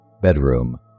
bedroom